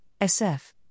SF